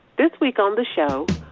this week on the show,